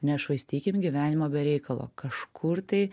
nešvaistykim gyvenimo be reikalo kažkur tai